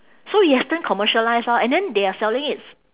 so it has turn commercialised orh and then they are selling it